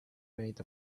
made